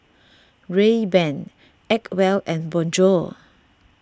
Rayban Acwell and Bonjour